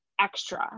Extra